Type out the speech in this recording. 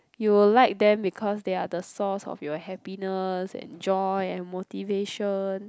you will like them because they're the source of your happiness and joy and motivation